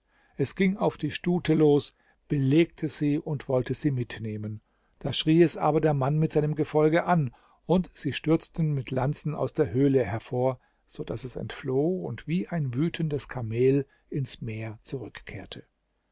es ging auf die stute los belegte sie und wollte sie mitnehmen da schrie es aber der mann mit seinem gefolge an und sie stürzten mit lanzen aus der höhle hervor so daß es entfloh und wie ein wütendes kamel ins meer zurückkehrte